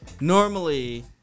normally